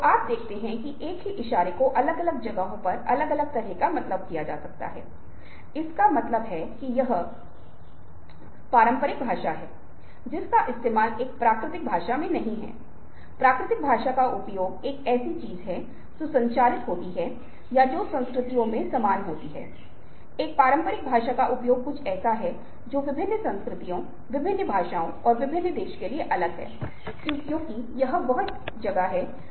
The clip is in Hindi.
तो इस अर्थ में हम इसे हेरफेर नहीं कहेंगे लेकिन किसी के लिए भी जो मानता है कि यह कोई ऐसी चीज नहीं है जो मुझे अस्थायी रूप से प्रभावित करती है और मैं इससे सहमत नहीं हूं मुझे इस पर विश्वास नहीं है इसे एक तरह के हेरफेर के रूप में देखा जाएगा